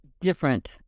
different